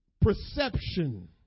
perception